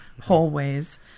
hallways